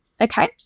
okay